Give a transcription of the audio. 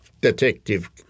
detective